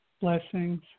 Blessings